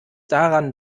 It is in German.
daran